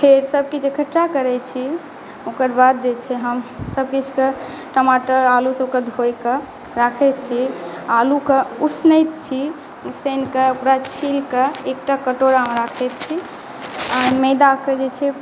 फेर सबकिछु एकठ्ठा करै छी ओकरबाद जे छै हम सबकिछु के टमाटर आलु सबके धोय कऽ राखै छी आलु के ऊसनै छी ऊसैन कऽ ओकरा छील कऽ एकटा कटोरा मे राखै छी आ मैदा के जे छै